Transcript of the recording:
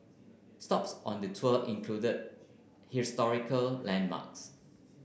stops on the tour include historical landmarks